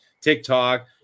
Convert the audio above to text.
TikTok